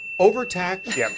Overtaxed